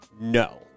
no